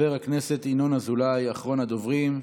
חבר הכנסת ינון אזולאי, אחרון הדוברים.